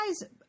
guys